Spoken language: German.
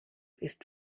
ist